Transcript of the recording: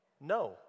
No